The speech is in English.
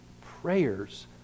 prayers